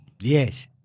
Yes